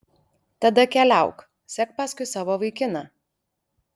tada keliauk sek paskui savo vaikiną